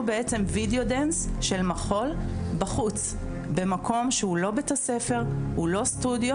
וידאו דנס של מחול בחוץ במקום שהוא לא בית הספר הוא לא סטודיו